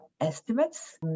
estimates